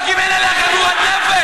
לבדוק אם אין עליה חגורת נפץ,